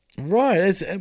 right